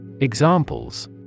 Examples